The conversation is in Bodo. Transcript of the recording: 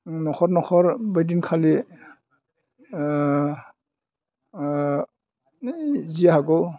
न'खर न'खर बै दिनखालि जि हागौ